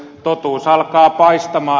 totuus alkaa paistamaan